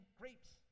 grapes